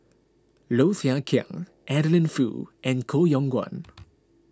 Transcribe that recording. Low Thia Khiang Adeline Foo and Koh Yong Guan